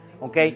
ok